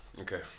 Okay